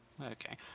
Okay